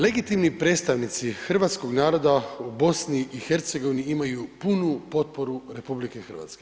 Legitimni predstavnici hrvatskog naroda u BiH imaju punu potporu RH.